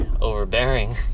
overbearing